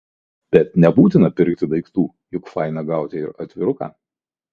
bet nebūtina pirkti daiktų juk faina gauti ir atviruką